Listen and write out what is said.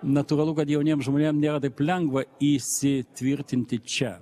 natūralu kad jauniem žmonėm nėra taip lengva įsitvirtinti čia